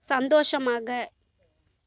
சந்தோஷமாக